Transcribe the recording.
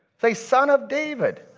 say, son of david.